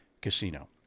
Casino